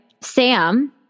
Sam